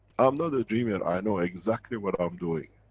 i'm not a dreamer, i know exactly what i'm doing.